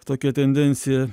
tokia tendencija